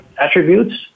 attributes